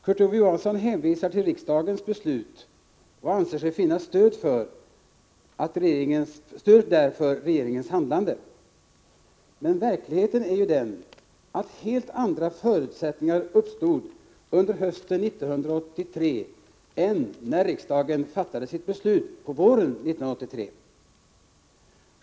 Kurt Ove Johansson hänvisar till riksdagens beslut och anser sig finna stöd där för regeringens handlande, men verkligheten är ju den att helt andra förutsättningar uppstod under hösten 1983 än de som rådde när riksdagen fattade sitt beslut på våren 1983.